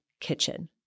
kitchen